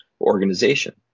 organization